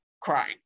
crying